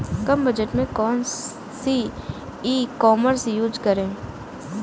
कम budget में कौन सी ई कॉमर्स यूज़ करें?